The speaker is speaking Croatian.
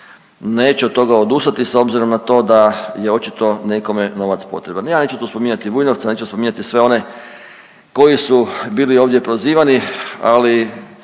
neće od toga odustati s obzirom na to da je očito nekome novac potreban. Ja neću tu spominjati Vujnovca, neću spominjati sve one koji su bili ovdje prozivani, ali